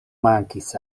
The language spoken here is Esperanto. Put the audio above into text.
mankis